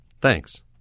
Thanks